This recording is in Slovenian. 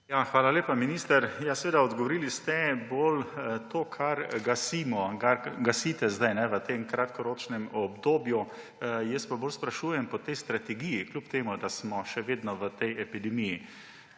Hvala lepa, minister. Ja seveda odgovorili ste bolj na to, kaj gasite sedaj v tem kratkoročnem obdobju. Jaz pa bolj sprašujem po tej strategiji, kljub temu da smo še vedno v tej epidemiji.